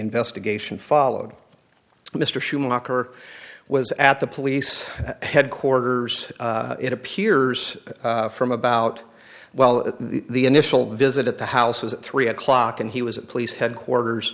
investigation followed mr schumacher was at the police headquarters it appears from about well the initial visit at the house was at three o'clock and he was at police headquarters